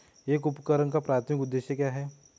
एक उपकरण का प्राथमिक उद्देश्य क्या है?